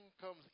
comes